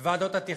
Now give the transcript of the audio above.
בוועדות התכנון,